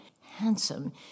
handsome